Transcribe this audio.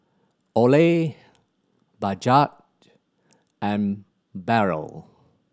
Olay Bajaj and Barrel